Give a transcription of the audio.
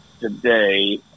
Today